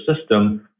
system